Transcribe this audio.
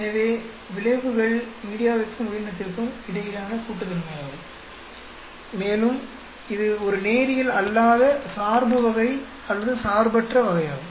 எனவே விளைவுகள் மீடியாவிற்கும் உயிரினத்திற்கும் இடையிலான கூட்டுத்தன்மையாகும் மேலும் இது ஒரு நேரியல் அல்லாத சார்பு வகை அல்லது சார்பற்ற வகையாகும்